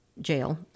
jail